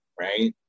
right